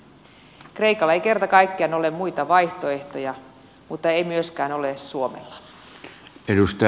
kreikalla ei kerta kaikkiaan ole muita vaihtoehtoja mutta ei myöskään ole suomella